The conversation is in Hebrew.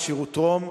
ה"שירותרום",